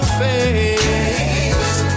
face